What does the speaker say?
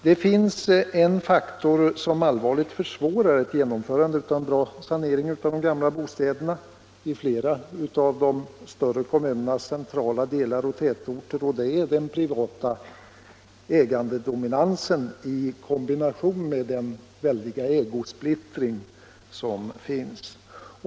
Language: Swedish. Det finns en faktor som allvarligt försvårar ett genomförande av en bra sanering av de gamla bostäderna i flera av de större kommunernas centrala delar och tätorter: den privata ägardominansen i kombination med den väldiga ägosplittringen.